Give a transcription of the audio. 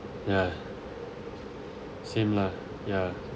ya same lah ya